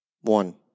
One